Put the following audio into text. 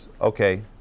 okay